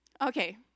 okay